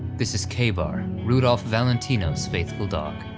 this is kabar, rudolph valentino's faithful dog.